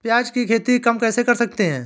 प्याज की खेती हम कैसे कर सकते हैं?